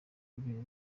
rweru